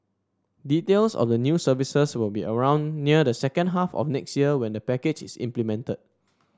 details of the new services will be around near the second half of next year when the package is implemented